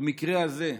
במקרה הזה,